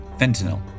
fentanyl